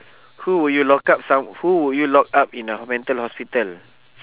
who would you lock up some who would you lock up in a mental hospital